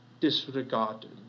disregarded